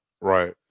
Right